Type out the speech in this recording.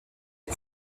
les